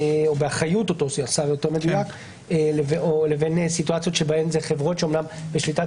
באחריות אותו שר לבין סיטואציות שבהן אלה חברות שאמנם הן בשליטת